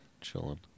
chilling